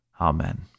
Amen